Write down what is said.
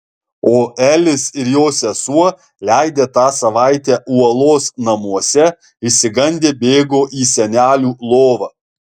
o elis ir jo sesuo leidę tą savaitę uolos namuose išsigandę bėgo į senelių lovą